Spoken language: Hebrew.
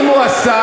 אם הוא עסק,